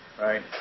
Right